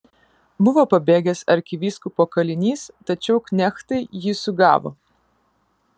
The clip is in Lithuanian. buvo pabėgęs arkivyskupo kalinys tačiau knechtai jį sugavo